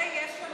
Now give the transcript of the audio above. ויש לנו